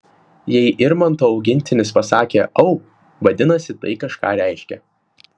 jei irmanto augintinis pasakė au vadinasi tai kažką reiškia